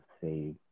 say